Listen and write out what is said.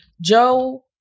Joe